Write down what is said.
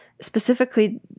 specifically